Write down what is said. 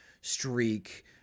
streak